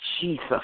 Jesus